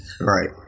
Right